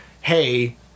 hey